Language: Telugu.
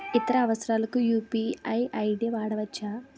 ఇతర అవసరాలకు యు.పి.ఐ ఐ.డి వాడవచ్చా?